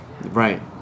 Right